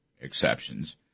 exceptions